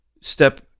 step